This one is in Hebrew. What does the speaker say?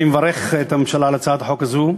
אני מברך את הממשלה על הצעת החוק הזו.